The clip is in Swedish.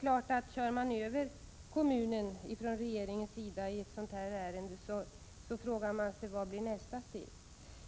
Kör regeringen över kommunen i ett sådant här ärende, frågar man sig naturligtvis: Vad blir nästa steg?